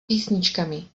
písničkami